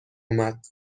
اومد